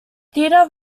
theatre